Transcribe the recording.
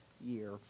year